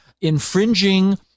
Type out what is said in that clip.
infringing